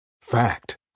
Fact